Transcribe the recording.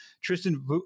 tristan